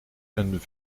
een